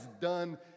done